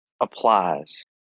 applies